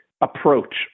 approach